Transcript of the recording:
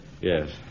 Yes